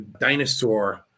dinosaur